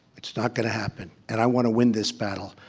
it's not going to happen. and i want to win this battle.